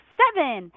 seven